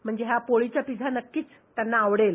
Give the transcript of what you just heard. म्हणजे हा पोळीचा पिझ्झा नक्कीच त्यांना आवडेल